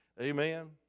Amen